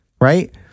right